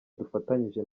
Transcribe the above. dufatanyije